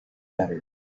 better